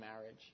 marriage